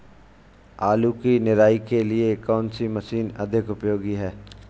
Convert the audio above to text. आलू की निराई के लिए कौन सी मशीन अधिक उपयोगी है?